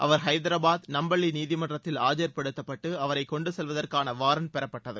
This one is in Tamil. அவர் ஹைதராபாத் நம்பள்ளி நீதமன்றத்தில் ஆஜர்படுத்தப்பட்டு அவரை கொண்டுசெல்வதற்கான வாரன்ட் பெறபட்டது